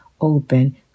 open